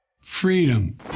Freedom